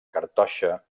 cartoixa